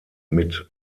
mit